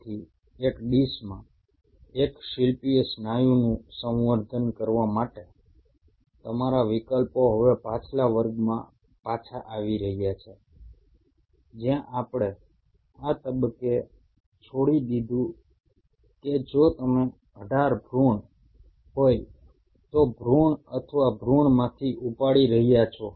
તેથી એક ડીશમાં એક શિલ્પીય સ્નાયુનું સંવર્ધન કરવા માટે તમારા વિકલ્પો હવે પાછલા વર્ગમાં પાછા આવી રહ્યા છે જ્યાં આપણે આ તબક્કે છોડી દીધું છે જો તમે 18 ભૃણ હોય તો ભૃણ અથવા ભૃણ માંથી ઉપાડી રહ્યા છો